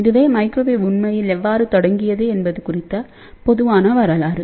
இதுவே மைக்ரோவேவ் உண்மையில் எவ்வாறு தொடங்கியது என்பது குறித்த பொதுவான வரலாறு